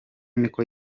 niko